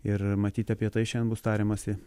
ir matyti apie tai šiandien bus tariamasi